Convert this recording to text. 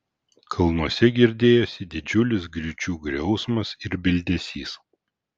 kalnuose girdėjosi didžiulis griūčių griausmas ir bildesys